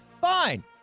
fine